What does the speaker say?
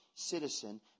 Citizen